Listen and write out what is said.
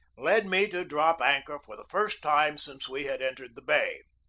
led me to drop anchor for the first time since we had entered the bay.